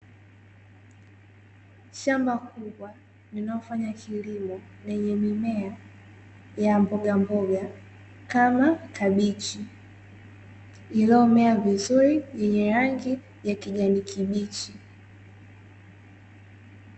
Shamba kubwa, linalofanya kilimo lenye mimea ya mbogamboga, kama kabichi iliyomea vizuri yenye rangi ya kijani kibichi.